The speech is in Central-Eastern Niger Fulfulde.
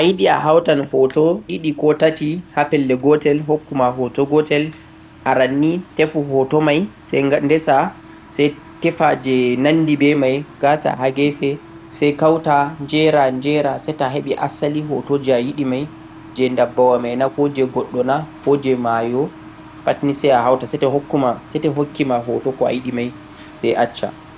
Ta'ayiɗe ahautan hoto guda ɗiɗi koh tati ha pelle gotel, arannii heɓu hoto mai sai ndesa sai tefa je nandi be mai sai ngata ha gefe sai kauta njeera-njeera seto a heɓe asali hoto je ayiɗe mai, je ndabbawana koh je goɗɗo koh mayo.